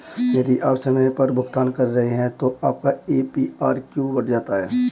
यदि आप समय पर भुगतान कर रहे हैं तो आपका ए.पी.आर क्यों बढ़ जाता है?